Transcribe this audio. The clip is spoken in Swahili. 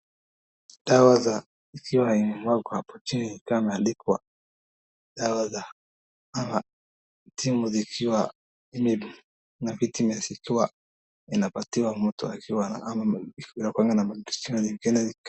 Dawa za ikiwa imemwagwa hapo chini ikiwa imeandikwa dawa za ama timu zikiwa ama zinapatiwa mtu akiwa kunakuwanga na mashida zingine.